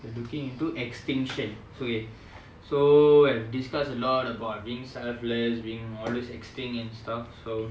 we're looking into extinction so okay so we have discuss a lot about being selfless being all those extinct and stuff so